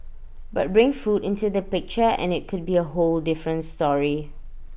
but bring food into the picture and IT could be A whole different story